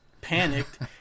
panicked